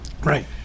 Right